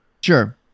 sure